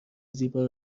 زیبا